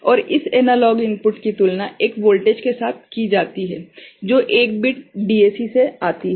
और इस analogue input की तुलना एक वोल्टेज के साथ की जाती है जो 1 बिट DAC से आती है